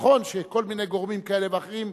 נכון שכל מיני גורמים כאלה ואחרים